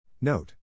Note